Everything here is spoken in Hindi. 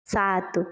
सात